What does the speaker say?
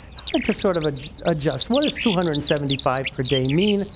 hard to sort of ah adjust. what is two hundred and seventy five per day mean?